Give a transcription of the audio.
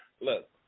look